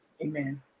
Amen